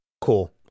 cool